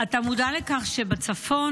אתה מודע לכך שבצפון,